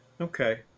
okay